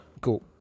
Cool